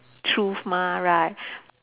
truth mah right